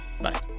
Bye